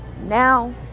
now